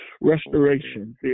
Restoration